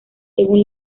según